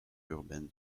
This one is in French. urbaine